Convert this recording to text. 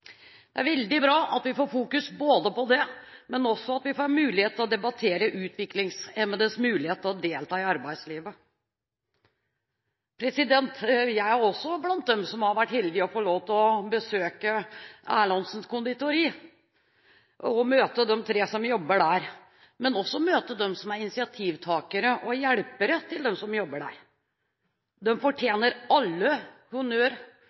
Det er veldig bra at vi får fokusert på det, men også at vi får en anledning til å debattere utviklingshemmedes mulighet til å delta i arbeidslivet. Jeg er også blant dem som har vært så heldig å få lov til å besøke Erlandsens Conditori og møte de tre som jobber der, men jeg har også fått møte dem som er initiativtagere og hjelpere til dem som jobber der.